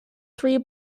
three